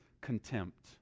contempt